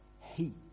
heat